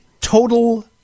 total